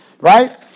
Right